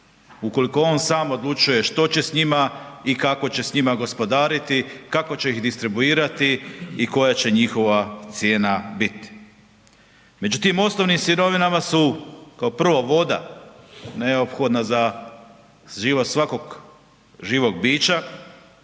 ukoliko on sam odlučuje što će s njima i kako će s njima gospodariti, kako će ih distribuirati i koja će njihova cijena biti. Među tim osnovnim sirovinama su kao prvo voda neophodna za život svakog živog bića,